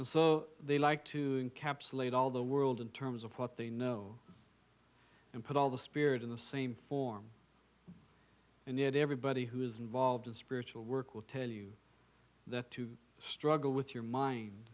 and so they like to encapsulate all the world in terms of what they know and put all the spirit in the same form and yet everybody who is involved in spiritual work will tell you that to struggle with your mind